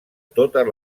totes